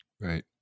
Right